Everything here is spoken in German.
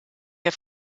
der